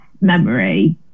memory